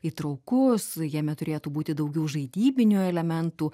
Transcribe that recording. įtraukus jame turėtų būti daugiau žaidybinių elementų